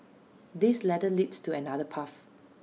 this ladder leads to another path